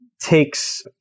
takes